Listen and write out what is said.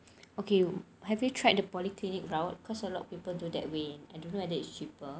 okay have you tried the polyclinic route cause a lot of people do that way I don't know whether it's cheaper